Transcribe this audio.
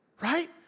right